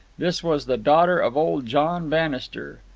this was the daughter of old john bannister.